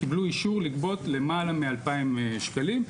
קיבלו אישור לגבות למעלה מ-2,000 שקלים.